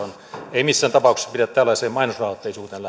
ei missään tapauksessa pidä tällaiseen mainosrahoitteisuuteen